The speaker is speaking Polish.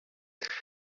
wśród